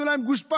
יתנו להם גושפנקה,